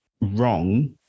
wrong